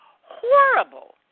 horrible